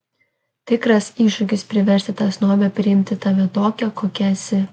tikras iššūkis priversti tą snobę priimti tave tokią kokia esi